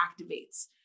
activates